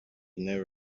never